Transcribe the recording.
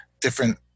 different